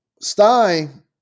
Stein